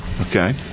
Okay